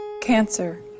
Cancer